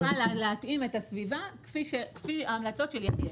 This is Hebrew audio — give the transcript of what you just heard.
הרשות צריכה להתאים את הסביבה כפי ההמלצות של יחיאל.